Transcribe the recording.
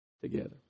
together